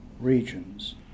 regions